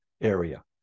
area